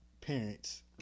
parents